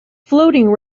floating